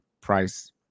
price